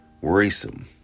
worrisome